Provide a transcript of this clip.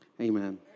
Amen